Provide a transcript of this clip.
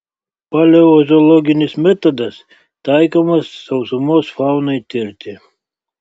paleozoologinis metodas taikomas sausumos faunai tirti